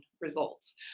results